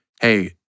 hey